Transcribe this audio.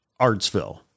Artsville